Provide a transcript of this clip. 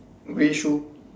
grey shoe